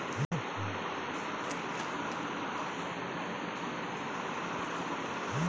কাপাস চাষে কীটপতঙ্গ নিয়ন্ত্রণের জন্য ব্যবহৃত বিভিন্ন ধরণের ফেরোমোন ফাঁদ গুলি কী?